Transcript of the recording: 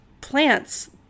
Plants